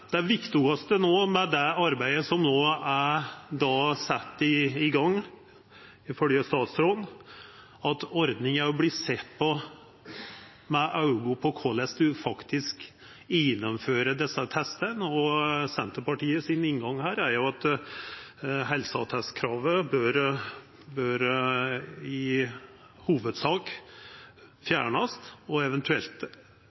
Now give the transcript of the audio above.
Det viktigaste med det arbeidet – som ifølgje statsråden no er sett i gang – er at ordninga vert sett på med auge for korleis ein faktisk gjennomfører desse testane. Senterpartiets inngang er at helseattestkravet i hovudsak bør fjernast, eventuelt leggjast til rette i